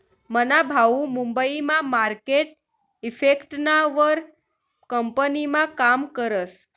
मना भाऊ मुंबई मा मार्केट इफेक्टना वर कंपनीमा काम करस